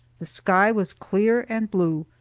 the sky was clear and blue,